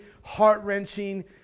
heart-wrenching